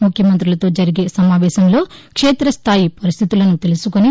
ముఖ్యమంతులతో జరిగే సమావేశంలో క్షేతస్గాయి పరిస్థితులను తెలుసుకొని